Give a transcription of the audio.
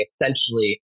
essentially